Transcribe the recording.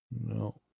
No